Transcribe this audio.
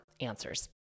answers